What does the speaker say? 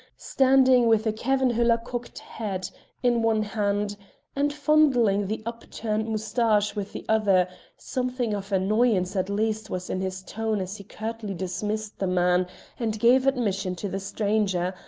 standing with a kevenhuller cocked hat in one hand and fondling the upturned moustache with the other something of annoyance at least was in his tone as he curtly dismissed the man and gave admission to the stranger,